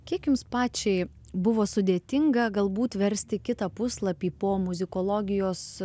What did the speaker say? kiek jums pačiai buvo sudėtinga galbūt versti kitą puslapį po muzikologijos